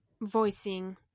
voicing